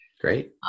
Great